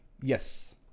Yes